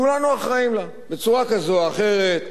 כולנו אחראים לה, בצורה כזו או אחרת.